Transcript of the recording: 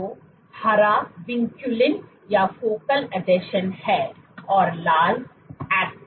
तो हरा vinculin vinculin या फोकल आसंजन हैं और लाल actin है